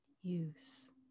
use